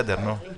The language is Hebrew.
הוא